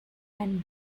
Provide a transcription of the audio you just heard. and